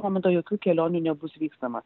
momento jokių kelionių nebus vykstama